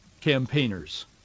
campaigners